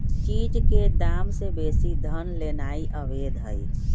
चीज के दाम से बेशी धन लेनाइ अवैध हई